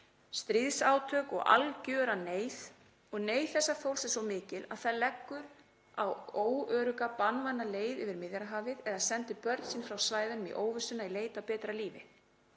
stríðsátök og algjöra neyð. Neyð þessa fólks er svo mikil að það leggur á óörugga, banvæna leið yfir Miðjarðarhafið eða sendir börn sín frá svæðinu í óvissuna í leit að betra lífi.